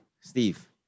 Steve